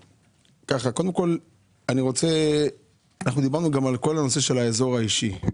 אנחנו דיברנו גם על כל הנושא של האזור האישי,